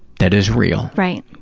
that is real. right.